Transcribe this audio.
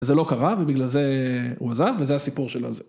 זה לא קרה ובגלל זה הוא עזב וזה הסיפור שלו.